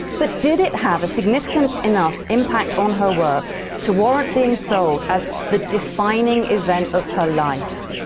but did it have a significant enough impact on her work to warrant being sold as the defining event of her life?